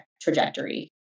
trajectory